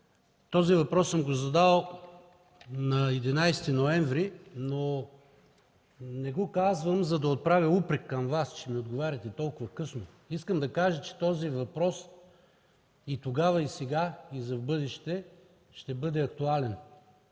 Този въпрос съм го задал на 11 ноември, но не го казвам, за да отправя упрек към Вас, че ми отговаряте толкова късно. Искам да кажа, че този въпрос и тогава, и сега, и за в бъдеще ще бъде актуален.